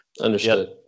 understood